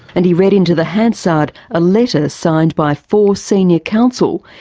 and he read into the hansard a letter signed by four senior counsel,